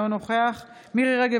אינו נוכח מירי מרים רגב,